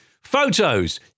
Photos